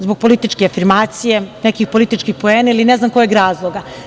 Zbog političke afirmacije ili ne znam nekih političkih poena, ili ne znam kojeg razloga.